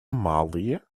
малые